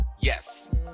Yes